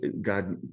God